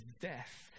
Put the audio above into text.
death